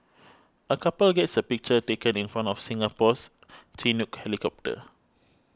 a couple gets a picture taken in front of Singapore's Chinook helicopter